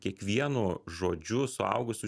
kiekvienu žodžiu suaugusio